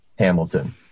Hamilton